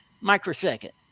microsecond